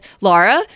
Laura